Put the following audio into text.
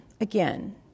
again